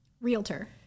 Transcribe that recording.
realtor